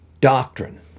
Doctrine